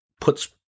puts